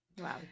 Wow